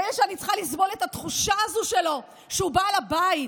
מילא שאני צריכה לסבול את התחושה הזו שלו שהוא בעל הבית,